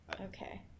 okay